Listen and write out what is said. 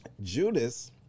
Judas